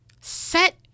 Set